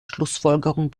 schlussfolgerung